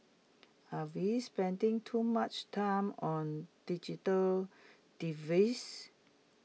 are we spending too much time on digital devices